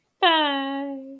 Bye